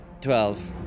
twelve